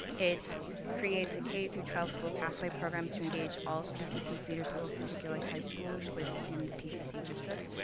it creates a k through twelve school pathway programs to engage all pcc feeder schools particularly high schools within the pcc district.